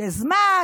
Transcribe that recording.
יש זמן,